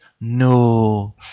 No